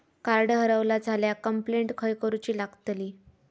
Card हरवला झाल्या complaint खय करूची लागतली?